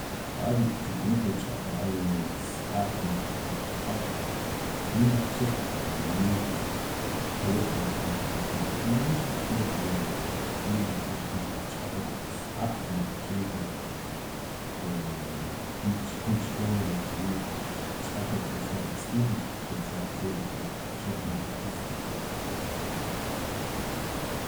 Ari kchunik chu ch'ajb'al s-aaq mu chu ch'ajb'al qq'aab'nin rchek kum nim kuj rtoo' rech qa qriq yab'iil i xuq kee rii qi ki'qch'aj ri s-aaq mu che ju jutchkun chqe rech ri'tiq ch'aaj i teqesaj ri tz'iil mu xtiqesaj cheri jroq tiq choop ri qa utz chriij riq q'aab'.